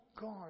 God